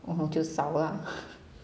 oh 就扫 lah